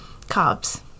carbs